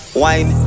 wine